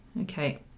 Okay